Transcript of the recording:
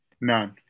None